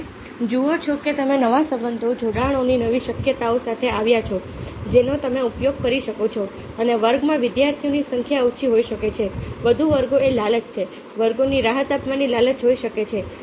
તમે જુઓ છો કે તમે નવા સંબંધો જોડાણોની નવી શક્યતાઓ સાથે આવ્યા છો જેનો તમે ઉપયોગ કરી શકો છો અને વર્ગમાં વિદ્યાર્થીઓની સંખ્યા ઓછી હોઈ શકે છે વધુ વર્ગો એ લાલચ છે વર્ગોને રાહત આપવાની લાલચ હોઈ શકે છે